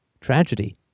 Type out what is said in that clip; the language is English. tragedy